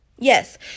Yes